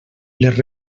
les